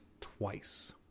twice